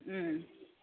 ꯎꯝ